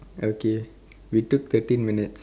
okay we took thirteen minutes